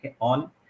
on